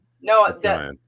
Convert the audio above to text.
No